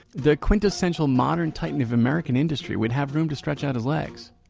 the quintessential modern titan of american industry would have room to stretch out his legs.